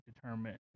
determine